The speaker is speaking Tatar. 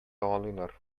дагалыйлар